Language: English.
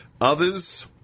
Others